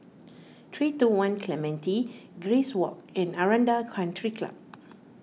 three two one Clementi Grace Walk and Aranda Country Club